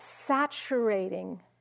saturating